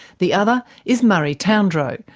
the other is murray towndrow,